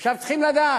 עכשיו, צריכים לדעת,